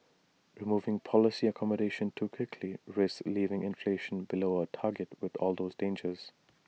removing policy accommodation too quickly risks leaving inflation below our target with all those dangers